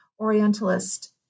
Orientalist